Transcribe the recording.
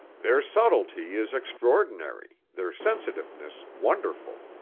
their subtlety is extraordinary, their sensitiveness wonderful.